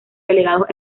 delegados